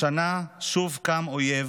השנה שוב קם אויב